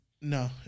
No